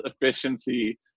efficiency